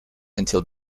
until